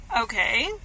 Okay